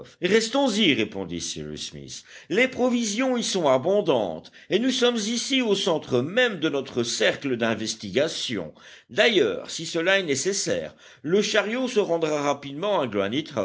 restons y répondit cyrus smith les provisions y sont abondantes et nous sommes ici au centre même de notre cercle d'investigations d'ailleurs si cela est nécessaire le chariot se rendra rapidement